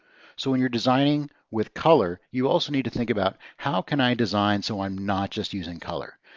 so when you're designing with color, you also need to think about, how can i design so i'm not just using color?